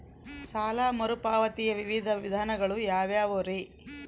ಸಾಲ ಮರುಪಾವತಿಯ ವಿವಿಧ ವಿಧಾನಗಳು ಯಾವ್ಯಾವುರಿ?